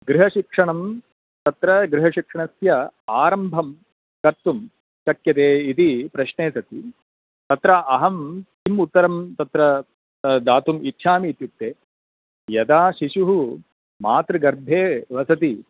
गृहशिक्षणं तत्र गृहशिक्षणस्य आरम्भं कर्तुं शक्यते इति प्रश्ने सति तत्र अहं किम् उत्तरं तत्र दातुम् इच्छामि इत्युक्ते यदा शिशुः मातुः गर्भे वसति